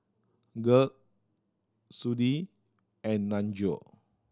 Garth Sudie and Nunzio